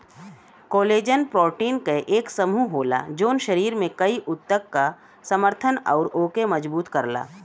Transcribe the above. collagen protein क एक समूह होला जौन शरीर में कई ऊतक क समर्थन आउर ओके मजबूत करला